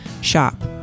Shop